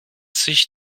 sich